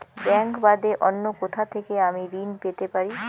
Bank বাদে অন্য কোথা থেকে আমি ঋন পেতে পারি?